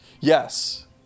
Yes